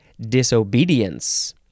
Disobedience